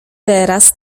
teraz